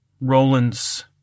Roland's